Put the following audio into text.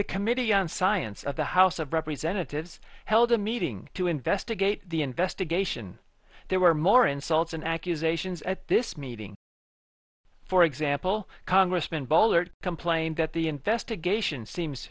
committee on science of the house of representatives held a meeting to investigate the investigation there were more insults and accusations at this meeting for example congressman boehlert complained that the investigation seems